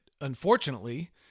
unfortunately